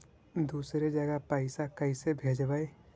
दुसरे जगह पैसा कैसे भेजबै?